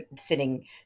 sitting